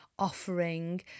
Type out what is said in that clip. offering